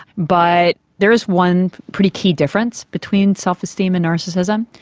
but there's one pretty key difference between self-esteem and narcissism.